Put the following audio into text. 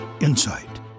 insight